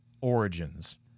origins